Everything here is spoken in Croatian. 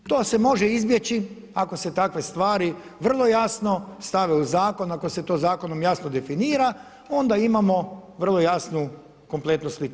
To se može izbjeći ako se takve stvari vrlo jasne stave u Zakon, ako se to Zakonom jasno definira, onda imamo vrlo jasnu kompletnu sliku.